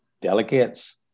delegates